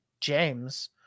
james